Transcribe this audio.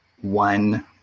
one